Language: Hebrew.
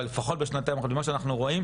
אבל לפחות בשנתיים הקודמות ממה שאנחנו רואים,